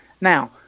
Now